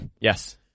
Yes